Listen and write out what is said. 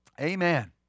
Amen